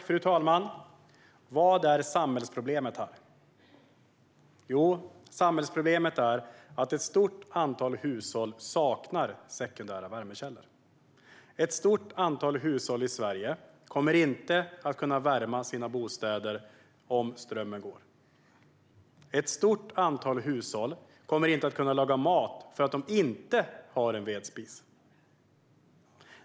Fru talman! Vad är samhällsproblemet här? Jo, samhällsproblemet är att ett stort antal hushåll saknar sekundära värmekällor. Ett stort antal hushåll i Sverige kommer inte att kunna värma sina bostäder om strömmen går. Ett stort antal hushåll kommer inte att kunna laga mat, för de har inte en vedspis.